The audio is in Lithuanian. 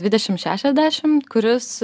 dvidešim šešiasdešim kuris